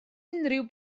unrhyw